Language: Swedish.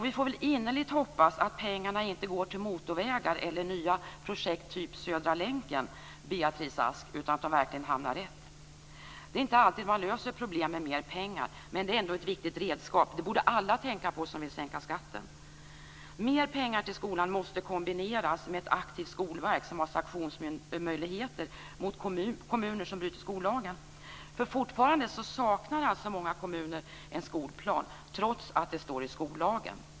Vi får innerligt hoppas, Beatrice Ask, att pengarna inte går till motorvägar eller till nya projekt av typen Södra länken utan att pengarna verkligen hamnar rätt. Det är inte alltid man löser problem med mera pengar men pengar är ändå ett viktigt redskap. Det borde alla tänka på som vill sänka skatten. Mera pengar till skolan måste kombineras med ett aktivt skolverk som har sanktionsmöjligheter gentemot kommuner som bryter mot skollagen. Fortfarande saknar ju många kommuner en skolplan, trots vad som står i skollagen.